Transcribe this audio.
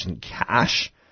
cash